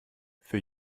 für